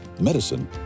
medicine